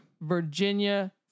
Virginia